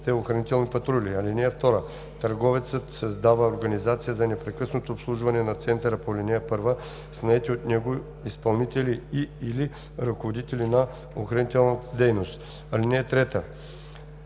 охранителни патрули. (2) Търговецът създава организация за непрекъснато обслужване на центъра по ал. 1 с наети от него изпълнители и/или ръководители на охранителна дейност. (3)